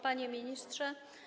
Panie Ministrze!